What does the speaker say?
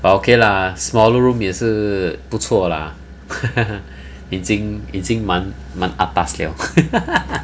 but okay lah smaller room 也是不错 lah 已经已经蛮蛮 atas 了